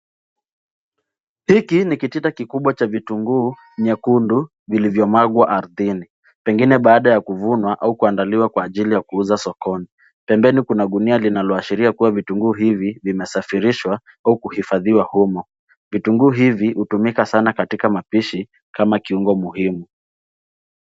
Hiki ni kitita kikubwa cha vitunguu nyekundu vilivyomwagwa ardhini pengine baada ya kuvunwa au kuandaliwa kwa ajili ya kuuza sokoni. Pembeni kuna gunia linaloashiria kuwa vitunguu hivi vimesafirishwa au kuhifadhiwa humo. Vitunguu hivi hutumika sana katika mapishi kama kiungo muhimu.